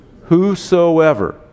Whosoever